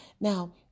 Now